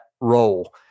role